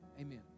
Amen